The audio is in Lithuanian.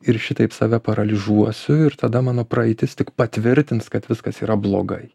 ir šitaip save paralyžiuosiu ir tada mano praeitis tik patvirtins kad viskas yra blogai